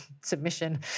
submission